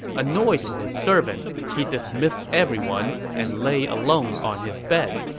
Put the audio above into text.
annoyed with his servants, he dismissed everyone and lay alone on his bed.